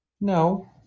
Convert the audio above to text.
No